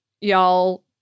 Y'all